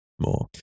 more